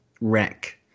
wreck